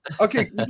Okay